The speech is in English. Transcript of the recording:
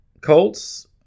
Colts